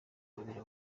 umubiri